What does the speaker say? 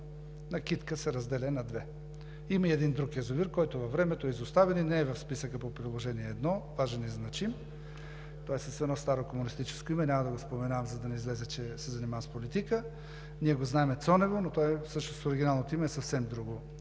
„Китка“ се разделя на две. Има и един друг язовир, който във времето е изоставен и не е в списъка по Приложение № 1, даже незначим. Той е с едно старо комунистическо име. Няма да го споменавам, за да не излезе, че се занимавам с политика. Ние го знаем „Цонево“, но всъщност оригиналното име е съвсем друго.